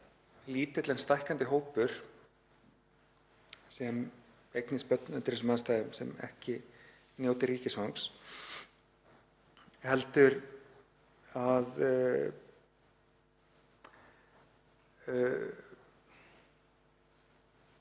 lítill en stækkandi hópur sem eignast börn undir þessum aðstæðum sem ekki nýtur ríkisfangs heldur —